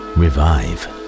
revive